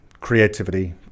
creativity